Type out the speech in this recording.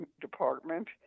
department